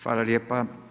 Hvala lijepa.